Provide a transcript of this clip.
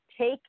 Take